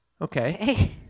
Okay